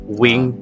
wing